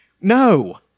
No